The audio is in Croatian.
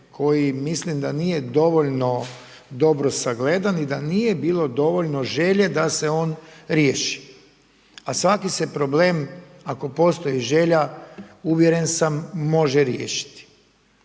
koji mislim da nije dovoljno dobro sagledan, i da nije bilo dovoljno želje da se on riješi. A svaki se problem, ako postoji želja, uvjeren sam može riješiti.